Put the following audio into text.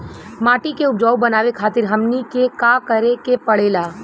माटी के उपजाऊ बनावे खातिर हमनी के का करें के पढ़ेला?